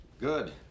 good